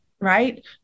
Right